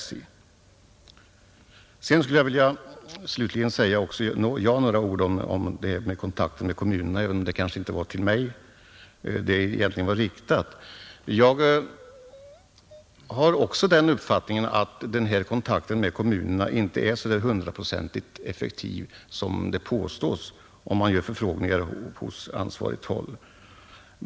Slutligen skulle också jag vilja säga några ord om kontakten med kommunerna, även om det kanske egentligen inte var till mig kommunikationsministern vände sig när han talade om den saken, Jag har också den uppfattningen att kontakten med kommunerna inte alltid är så hundraprocentigt effektiv som det påstås när man gör förfrågningar på ansvarigt håll.